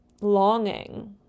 longing